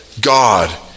God